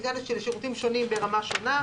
שירותים שונים ברמה שונה,